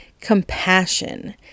compassion